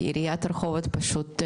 עריית רחובות פשוט,